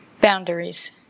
boundaries